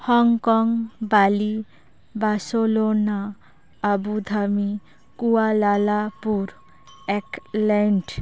Hong Kong Bali Barcelona Abu Dhabi Kuala Lumpur Auckland